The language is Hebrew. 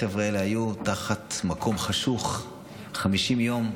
החבר'ה האלה היו תחת מקום חשוך 50 יום.